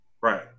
Right